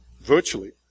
Virtually